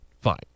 Fine